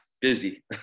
busy